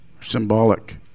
symbolic